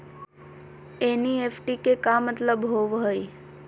NEFT के का मतलव होव हई?